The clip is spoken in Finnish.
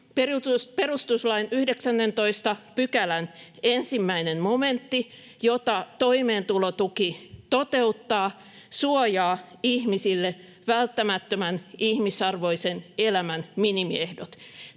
perustuslain 19 §:n 1 momentti, jota toimeentulotuki toteuttaa, suojaa ihmisille välttämättömän ihmisarvoisen elämän minimiehdot.